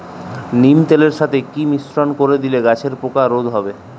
নিম তেলের সাথে কি মিশ্রণ করে দিলে গাছের পোকা রোধ হবে?